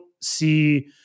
see